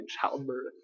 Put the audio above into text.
childbirth